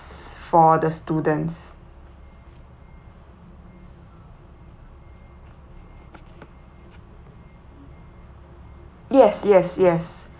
s~ for the students yes yes yes